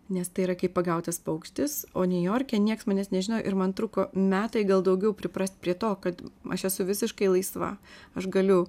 nes tai yra kaip pagautas paukštis o niujorke nieks manęs nežino ir man truko metai gal daugiau priprast prie to kad aš esu visiškai laisva aš galiu